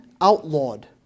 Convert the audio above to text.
outlawed